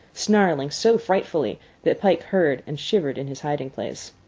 snarling so frightfully that pike heard and shivered in his hiding-place.